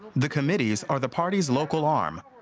the committees are the party's local arm.